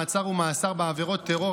מעצר ומאסר בעבירות טרור),